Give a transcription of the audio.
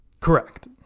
Correct